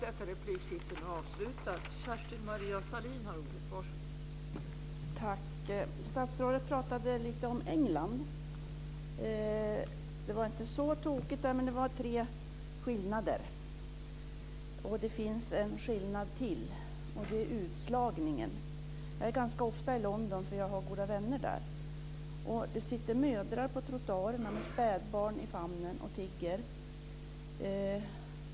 Fru talman! Statsrådet pratade lite om England. Det var inte så tokigt där, men där fanns tre skillnader. Det finns ännu en skillnad, nämligen utslagningen. Jag är ganska ofta i London för jag har goda vänner där. Det sitter mödrar på trottoarerna med spädbarn i famnen och tigger.